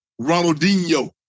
Ronaldinho